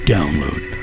Download